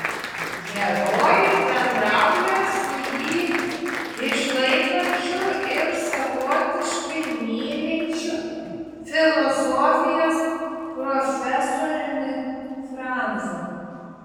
herojus bendrauja su jį išlaikančiu ir savotiškai mylinčiu filosofijos profesoriumi franzu